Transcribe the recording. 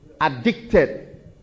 Addicted